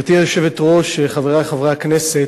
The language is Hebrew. גברתי היושבת-ראש, חברי חברי הכנסת,